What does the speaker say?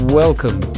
welcome